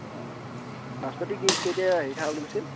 অঁ নাচপতি কেই কেই টকা হেৰি থকা বুলি কৈছিল